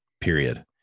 period